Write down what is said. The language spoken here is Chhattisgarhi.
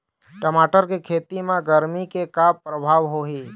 टमाटर के खेती म गरमी के का परभाव होही?